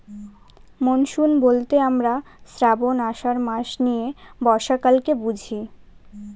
monsoon বলতে আমরা শ্রাবন, আষাঢ় মাস নিয়ে বর্ষাকালকে বুঝি